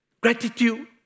gratitude